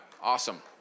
Awesome